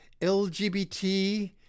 LGBT